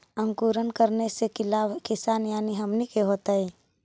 अंकुरण करने से की लाभ किसान यानी हमनि के होतय?